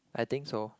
I think so